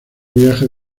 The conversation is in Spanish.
viajes